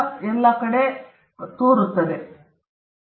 ಹೆಚ್ಚಿನ ಕೃತಿಗಳಲ್ಲಿ ನೀವು ಹಕ್ಕುಸ್ವಾಮ್ಯ ನೋಟೀಸ್ ಅನ್ನು ನೋಡುತ್ತೀರಿ